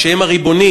שהם הריבונים